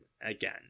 again